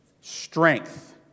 strength